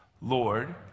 Lord